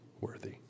worthy